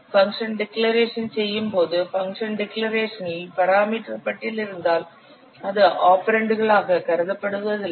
function declaration செய்யும்போது function declaration இல் parameter பட்டியல் இருந்தால் அது ஆபரெண்டுகளாக கருதப்படுவதில்லை